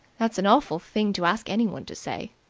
that's an awful thing to ask anyone to say.